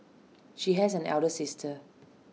she has an elder sister